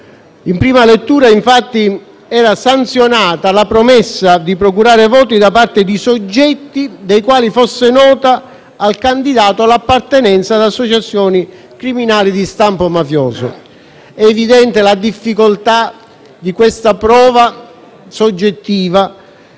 In prima lettura, infatti, era sanzionata la promessa di procurare voti da parte di soggetti dei quali fosse nota al candidato l'appartenenza ad associazioni criminali di stampo mafioso. È evidente la difficoltà di questa prova soggettiva,